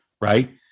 right